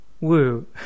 Woo